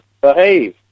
behave